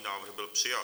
Návrh byl přijat.